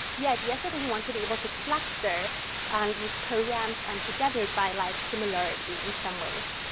the idea's that and want to be able to cluster on these programs and together by like similar in some ways.